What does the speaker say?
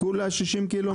בסך הכול 60 קילומטר.